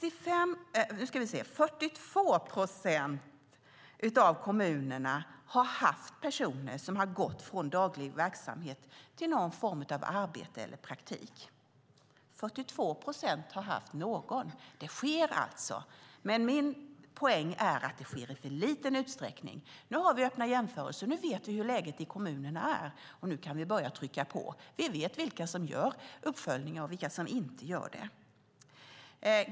I 42 procent av kommunerna har man haft personer som gått från daglig verksamhet till någon form av arbete eller praktik. Det sker alltså, men min poäng är att det sker i för liten utsträckning. Nu har vi öppna jämförelser och vet hur läget i kommunerna är och kan börja trycka på. Vi vet vilka som gör uppföljningar och vilka som inte gör det.